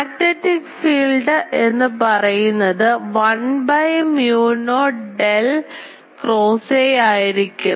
magnetic field എന്നു പറയുന്നത് 1 by mu not del cross A ആയിരിക്കും